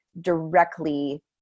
directly